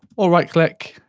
or right click,